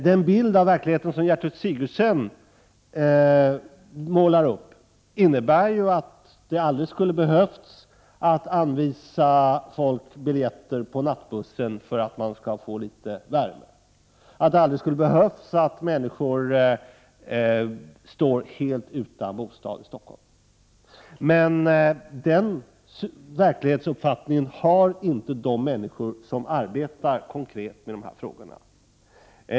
Den bild av verkligheten som Gertrud Sigurdsen målar upp innebär att man aldrig skulle ha behövt anvisa folk biljetter på nattbussen för att de skulle få litet värme och att människor aldrig skulle ha behövt stå helt utan bostad i Stockholm. Men den uppfattningen av verkligheten har inte de människor som arbetar konkret med dessa frågor.